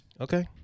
Okay